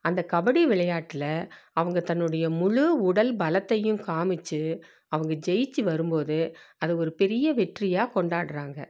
அந்த கபடி விளையாட்டில் அவங்க தன்னுடைய முழு உடல் பலத்தையும் காமித்து அவங்க ஜெய்த்து வரும்போது அதை ஒரு பெரிய வெற்றியாக கொண்டாடுறாங்க